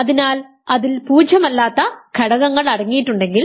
അതിനാൽ അതിൽ പൂജ്യമല്ലാത്ത ഘടകങ്ങൾ അടങ്ങിയിട്ടുണ്ടെങ്കിൽ